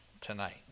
tonight